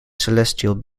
celestial